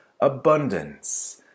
abundance